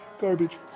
garbage